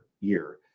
year